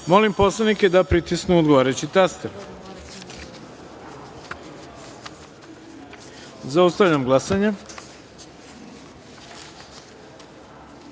poslanike da pritisnu odgovarajući taster. Zaustavljam glasanje: